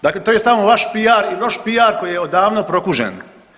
Dakle, to je samo vaš PR i loš PR koji je odavno prokužen.